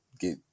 get